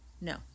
No